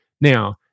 Now